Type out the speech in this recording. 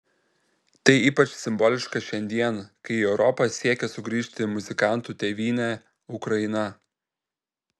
tai ypač simboliška šiandien kai į europą siekia sugrįžti muzikantų tėvynė ukraina